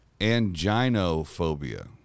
Anginophobia